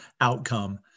outcome